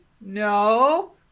no